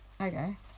Okay